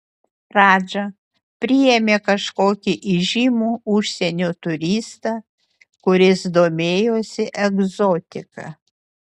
radža priėmė kažkokį įžymų užsienio turistą kuris domėjosi egzotika